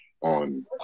on